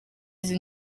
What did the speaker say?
izi